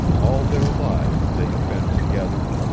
all their lives they had been together,